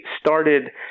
started